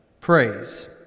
praise